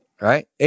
Right